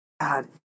God